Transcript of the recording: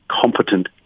competent